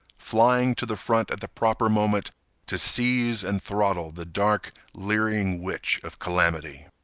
flying to the front at the proper moment to seize and throttle the dark, leering witch of calamity.